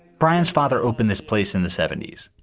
brian's father opened this place in the seventy s,